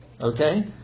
Okay